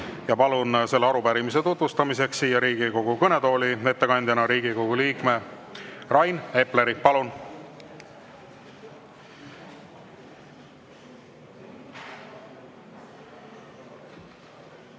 Ja palun selle arupärimise tutvustamiseks siia Riigikogu kõnetooli ettekandjana Riigikogu liikme Rain Epleri. Palun!